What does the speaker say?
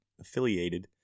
affiliated